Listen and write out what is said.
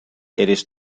eres